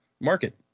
market